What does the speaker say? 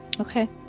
Okay